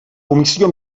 comissió